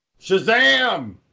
Shazam